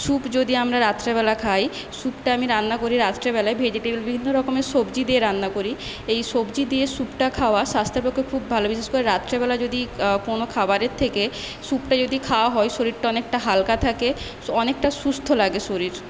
soup যদি আমরা রাত্রেবেলা খায় স্যুপটা আমি রান্না করি রাত্রেবেলায় ভেজিটেবিল বিভিন্ন রকমের সবজি দিয়ে রান্না করি এই সবজি দিয়ে স্যুপটা খাওয়া স্বাস্থ্যের পক্ষে খুব ভালো বিশেষ করে রাত্রেবেলা যদি কোনো খাবারের থেকে স্যুপটা যদি খাওয়া হয় শরীরটা অনেক হালকা থাকে অনেকটা সুস্থ লাগে শরীর